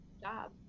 job